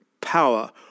power